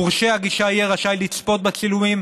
מורשה הגישה יהיה רשאי לצפות בצילומים